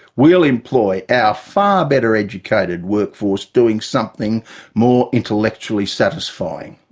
we'll employ our far better educated workforce doing something more intellectually satisfying.